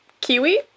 Kiwi